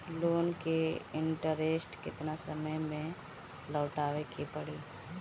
Loan के interest केतना समय में लौटावे के पड़ी?